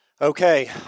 Okay